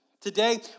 Today